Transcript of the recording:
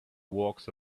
walks